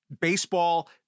baseball